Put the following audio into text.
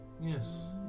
Yes